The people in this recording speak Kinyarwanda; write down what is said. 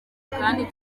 kandi